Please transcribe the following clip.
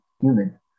human